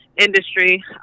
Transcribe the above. industry